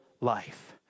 life